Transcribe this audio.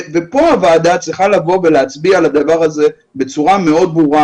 פה הוועדה צריכה לבוא ולהצביע על הדבר הזה בצורה מאוד ברורה.